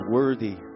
worthy